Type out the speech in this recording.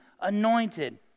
anointed